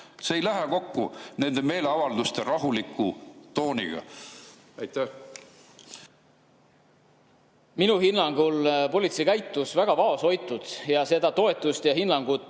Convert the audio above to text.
See ei lähe kokku nende meeleavalduste rahuliku tooniga. Minu hinnangul politsei käitus väga vaoshoitult ja seda toetust ja hinnangut